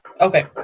okay